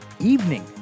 evening